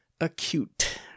acute